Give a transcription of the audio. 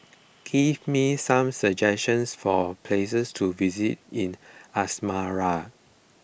give me some suggestions for places to visit in Asmara